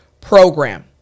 program